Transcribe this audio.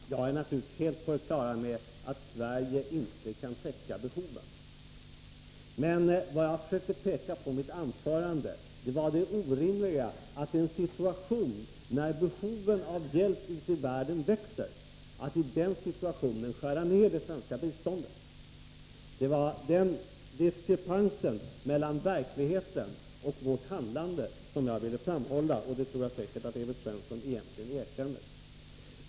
Herr talman! Jag är naturligtvis helt på det klara med att Sverige inte kan täcka de behov som finns. Vad jag försökte peka på i mitt anförande var det orimliga i att skära ned det svenska biståndet i en situation när behoven av hjälp ute i världen växer. Det var den diskrepansen mellan verkligheten och vårt handlande som jag ville framhålla. Det tror jag säkert att Evert Svensson egentligen förstår.